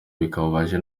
bikabije